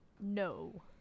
No